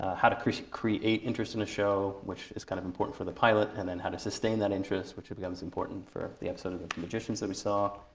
how to create create interest in a show, which is kind of important for the pilot, and then how to sustain that interest, which becomes important for the episode of the magicians that we saw.